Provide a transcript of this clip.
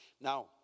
Now